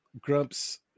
Grump's